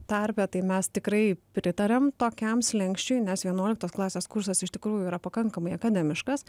tarpe tai mes tikrai pritariam tokiam slenksčiui nes vienuoliktos klasės kursas iš tikrųjų yra pakankamai akademiškas